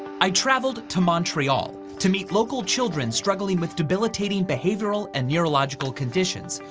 i traveled to montreal to meet local children struggling with debilitating behavioral and neurological conditions,